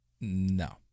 no